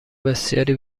بسیاری